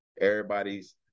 Everybody's